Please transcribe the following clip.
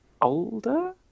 older